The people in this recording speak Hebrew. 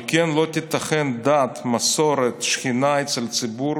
על כן לא תיתכן דת, מסורת, שכינה אצל ציבור